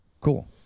Cool